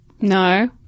No